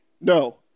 No